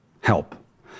help